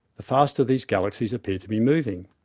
the faster these galaxies appeared to be moving.